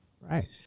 Right